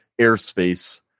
airspace